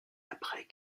après